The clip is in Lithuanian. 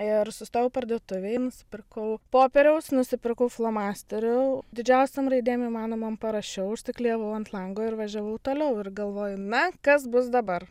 ir sustojau parduotuvėj nusipirkau popieriaus nusipirkau flomasterių didžiausiom raidėm įmanomom parašiau užsiklijavau ant lango ir važiavau toliau ir galvoju na kas bus dabar